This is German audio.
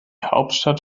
hauptstadt